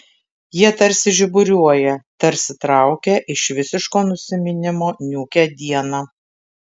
jie tarsi žiburiuoja tarsi traukia iš visiško nusiminimo niūkią dieną